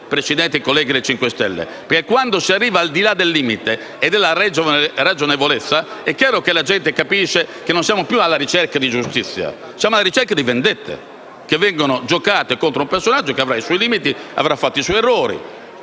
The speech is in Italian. Presidente, ai colleghi del Movimento 5 Stelle. Infatti, quando si supera il limite della ragionevolezza, è chiaro che la gente capisce che non siamo più alla ricerca di giustizia. Siamo alla ricerca di vendette che vengono giocate contro un personaggio che avrà i suoi limiti, che avrà commesso i suoi errori,